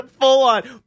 full-on